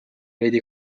veidi